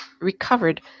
recovered